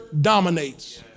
dominates